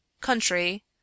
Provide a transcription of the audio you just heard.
Country